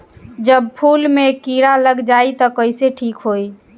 जब फूल मे किरा लग जाई त कइसे ठिक होई?